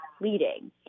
leading